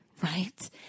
Right